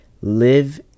live